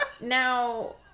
now